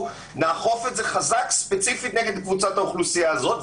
נאכוף את זה חזק ספציפית נגד קבוצת האוכלוסייה הזאת.